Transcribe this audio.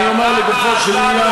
אני אומר לגופו של עניין,